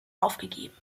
aufgegeben